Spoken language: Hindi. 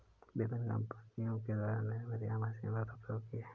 विभिन्न कम्पनियों के द्वारा निर्मित यह मशीन बहुत उपयोगी है